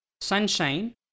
sunshine